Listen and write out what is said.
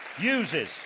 uses